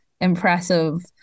impressive